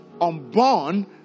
unborn